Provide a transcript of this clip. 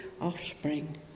offspring